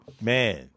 man